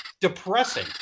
depressing